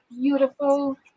beautiful